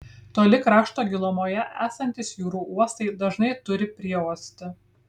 toli krašto gilumoje esantys jūrų uostai dažnai turi prieuostį